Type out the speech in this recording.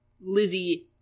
Lizzie